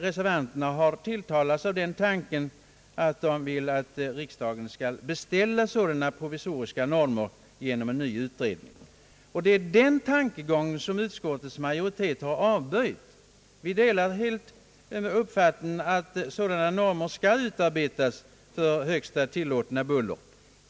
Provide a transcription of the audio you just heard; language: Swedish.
Den tanken har tilltalat reservanterna, som vill att riksdagen skall beställa sådana provisoriska normer genom en ny utredning. Denna tankegång har utskottets majoritet avböjt. Vi delar helt uppfattningen att sådana normer för högsta tillåtna buller skall utarbetas.